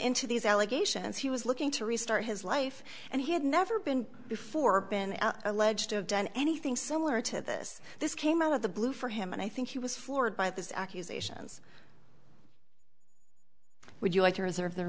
into these allegations he was looking to restart his life and he had never been before been alleged to have done anything similar to this this came out of the blue for him and i think he was floored by this accusations would you like to reserve the